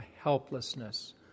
helplessness